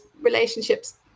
relationships